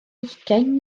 ugain